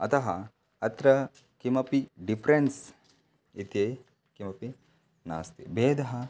अतः अत्र किमपि डिफ़्रेन्स् इति किमपि नास्ति भेदः